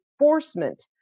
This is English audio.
enforcement